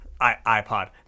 ipod